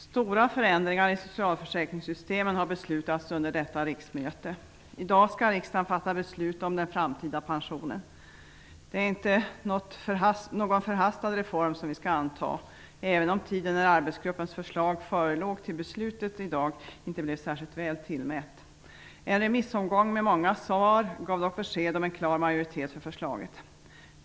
Fru talman! Under detta riksmöte har vi fattat beslut om stora förändringar i socialförsäkringssystemen. I dag skall riksdagen fatta beslut om den framtida pensionen. Beslutet om reformen är inte förhastat, även om tiden när arbetsgruppens förslag förelåg till beslut inte blev särskilt väl tillmätt. En remissomgång med många svar gav dock besked om en klar majoritet för förslaget.